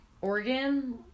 Oregon